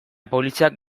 poliziak